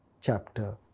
chapter